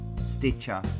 Stitcher